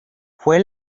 fue